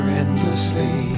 endlessly